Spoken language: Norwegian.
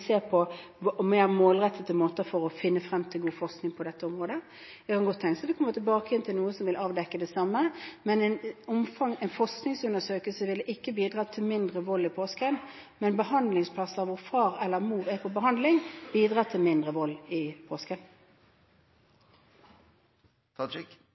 se på mer målrettede måter å finne frem til god forskning på dette området på. Det kan godt tenkes at vi kommer tilbake igjen til noe av det, som vil avdekke det samme. En forskningsundersøkelse ville ikke bidratt til mindre vold i påsken, men behandlingsplasser hvor far eller mor er på behandling, bidrar til mindre vold i